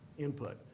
input.